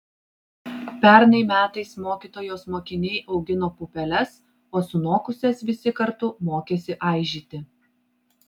pernai metais mokytojos mokiniai augino pupeles o sunokusias visi kartu mokėsi aižyti